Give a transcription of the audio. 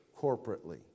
corporately